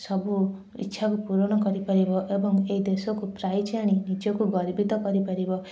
ସବୁ ଇଚ୍ଛାକୁ ପୂରଣ କରିପାରିବ ଏବଂ ଏଇ ଦେଶକୁ ପ୍ରାଇଜ୍ ଆଣି ନିଜକୁ ଗର୍ବିତ କରିପାରିବ